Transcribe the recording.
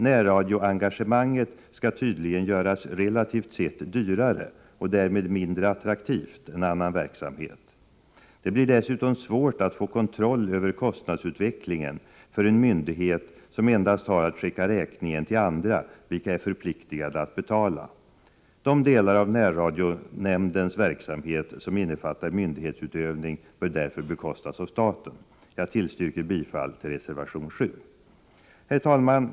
Närradioengagemanget skall tydligen göras relativt sett dyrare och därmed mindre attraktivt än annan verksamhet. Det blir dessutom svårt att få kontroll över kostnadsutvecklingen för en myndighet som endast har att skicka räkningen till andra, vilka är förpliktade att betala. De delar av närradionämndens verksamhet som innefattar myndighetsutövning bör därför bekostas av staten. Jag tillstyrker bifall till reservation 7. Herr talman!